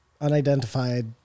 unidentified